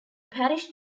parish